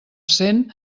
cent